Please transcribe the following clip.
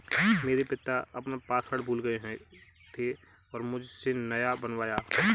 मेरे पिता अपना पासवर्ड भूल गए थे और मुझसे नया बनवाया